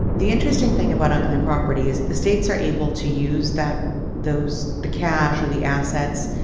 the interesting thing about unclaimed property is the states are able to use that those, the cash or the assets,